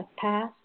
passed